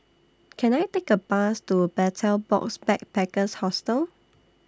Can I Take A Bus to Betel Box Backpackers Hostel